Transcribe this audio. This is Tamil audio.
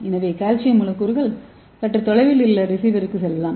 எனவே கால்சியம் மூலக்கூறுகள் சற்று தொலைவில் உள்ள ரிசீவருக்கு செல்லலாம்